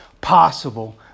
possible